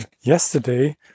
yesterday